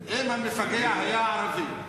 אם המפגע היה ערבי,